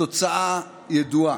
התוצאה ידועה,